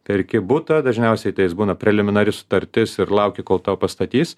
perki butą dažniausiai tai jis būna preliminari sutartis ir lauki kol tau pastatys